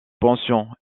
pensions